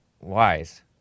wise